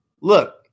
look